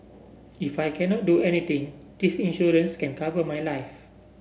if I cannot do anything this insurance can cover my life